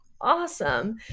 awesome